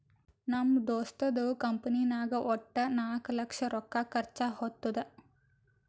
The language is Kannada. ನಮ್ ದೋಸ್ತದು ಕಂಪನಿನಾಗ್ ವಟ್ಟ ನಾಕ್ ಲಕ್ಷ ರೊಕ್ಕಾ ಖರ್ಚಾ ಹೊತ್ತುದ್